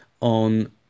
on